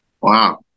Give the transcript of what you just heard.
wow